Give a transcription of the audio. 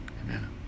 Amen